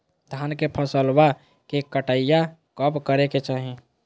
धान के फसलवा के कटाईया कब करे के चाही?